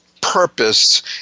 purpose